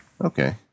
Okay